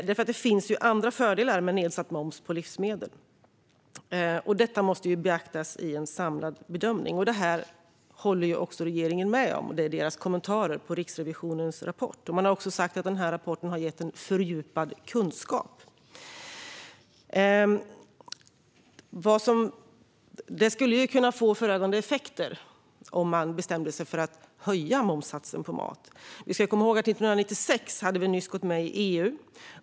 Det finns ju andra fördelar med nedsatt moms på livsmedel. Detta måste beaktas vid en samlad bedömning, och det håller också regeringen med om i sina kommentarer till Riksrevisionens rapport. Man har också sagt att rapporten har gett en fördjupad kunskap. Det skulle kunna få förödande effekter om man bestämde sig för att höja momssatsen på mat. Vi ska komma ihåg att vi 1996 nyss hade gått med i EU.